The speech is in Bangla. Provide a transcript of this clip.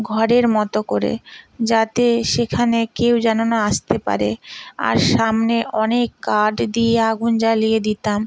ঘরের মতো করে যাতে সেখানে কেউ যেন না আসতে পারে আর সামনে অনেক কাঠ দিয়ে আগুন জ্বালিয়ে দিতাম